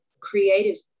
creative